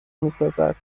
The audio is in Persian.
میسازد